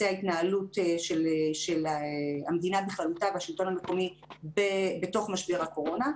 ההתנהלות של המדינה בכללותה והשלטון המקומי בתוך משבר הקורונה.